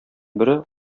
бере